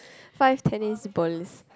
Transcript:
five tennis balls